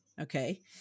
okay